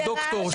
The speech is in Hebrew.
שאלה לדוקטור.